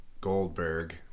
Goldberg